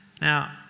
Now